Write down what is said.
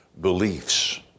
beliefs